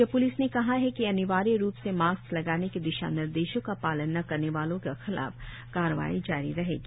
राज्य प्लिस ने कहा है कि अनिवार्य रुप से मास्क लगाने के दिशानिर्देशों का पालन न करने वालों के खिलाफ कार्रवाई जारी रहेगी